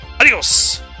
Adios